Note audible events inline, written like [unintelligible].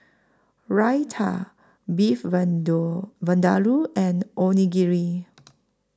Raita Beef [unintelligible] Vindaloo and Onigiri